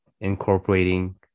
Incorporating